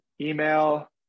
Email